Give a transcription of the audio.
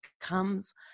comes